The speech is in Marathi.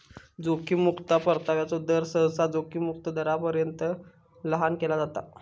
जोखीम मुक्तो परताव्याचो दर, सहसा जोखीम मुक्त दरापर्यंत लहान केला जाता